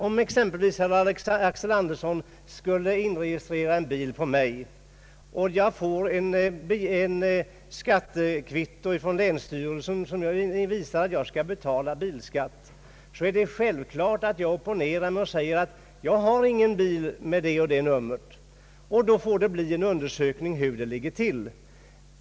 Om exempelvis herr Axel Andersson skulle inregistrera en bil på mig och jag får ett skattekvitto från länsstyrelsen som visar att jag skall betala bilskatt, är det självklart att jag opponerar mig och säger att jag inte har någon bil med ifrågavarande nummer, och då får det bli en undersökning om hur det i verkligheten ligger till.